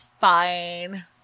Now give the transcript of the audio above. fine